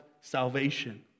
salvation